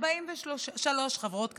היו 43 חברות כנסת,